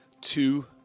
two